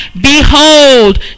Behold